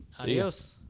Adios